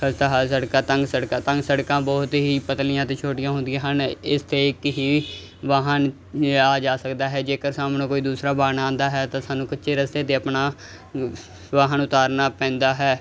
ਖਸਤਾ ਹਾਲ ਸੜਕਾਂ ਤੰਗ ਸੜਕਾਂ ਤੰਗ ਸੜਕਾਂ ਬਹੁਤ ਹੀ ਪਤਲੀਆਂ ਅਤੇ ਛੋਟੀਆਂ ਹੁੰਦੀਆਂ ਹਨ ਇਸ 'ਤੇ ਇੱਕ ਹੀ ਵਾਹਨ ਆ ਜਾ ਸਕਦਾ ਹੈ ਜੇਕਰ ਸਾਹਮਣੇ ਕੋਈ ਦੂਸਰਾ ਵਾਹਨ ਆਉਂਦਾ ਹੈ ਤਾਂ ਸਾਨੂੰ ਕੱਚੇ ਰਸਤੇ 'ਤੇ ਆਪਣਾ ਵਾਹਨ ਉਤਾਰਨਾ ਪੈਂਦਾ ਹੈ